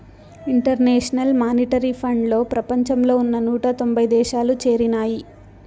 international monetary ఫండ్లో ప్రపంచంలో ఉన్న నూట తొంభై దేశాలు చేరినాయి